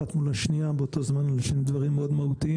אחת מול השנייה באותו זמן על שני דברים מאוד מהותיים,